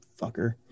fucker